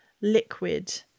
liquid